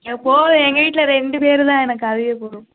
எனக்கு போதும் எங்கள் வீட்டில் ரெண்டு பேர்தான் எனக்கு அதுவே போதும்